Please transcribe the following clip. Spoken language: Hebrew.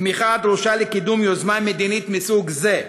תמיכה הדרושה לקידום יוזמה מדינית מסוג זה.